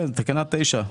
תקנה 9,